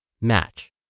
match